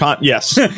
Yes